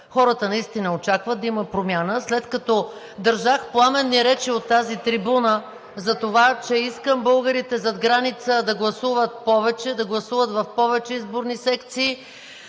хората наистина очакват да има промяна. След като държах пламенни речи от тази трибуна, затова че искам българите зад граница да гласуват повече, да гласуват в повече изборни секции,